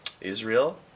Israel